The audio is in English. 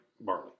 barley